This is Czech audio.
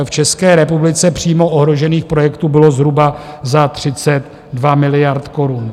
V České republice přímo ohrožených projektů bylo zhruba za 32 miliard korun.